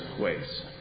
ways